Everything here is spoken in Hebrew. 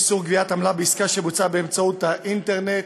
איסור גביית עמלה בעסקה שבוצעה באמצעות האינטרנט),